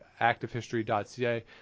ActiveHistory.ca